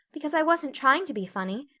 because i wasn't trying to be funny.